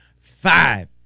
Five